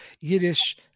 Yiddish